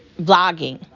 vlogging